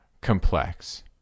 complex